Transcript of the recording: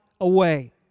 away